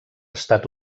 estat